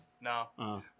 No